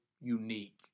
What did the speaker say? unique